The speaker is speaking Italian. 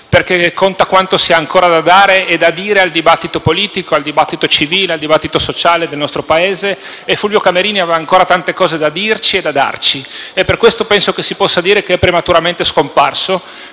perché conta quanto si ha ancora da dare e da dire al dibattito politico, civile e sociale del nostro Paese. Fulvio Camerini aveva ancora tante cose da dirci e da darci. Per questo penso che si possa dire che è prematuramente scomparso,